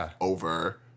over